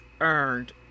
earned